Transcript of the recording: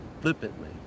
flippantly